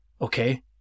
okay